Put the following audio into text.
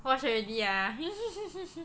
watch already ah